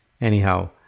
anyhow